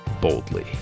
boldly